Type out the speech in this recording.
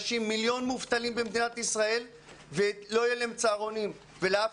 מיליון מובטלים במדינת ישראל ולא יהיו להם צהרונים ולאף.